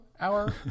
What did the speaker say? hour